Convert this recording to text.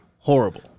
Horrible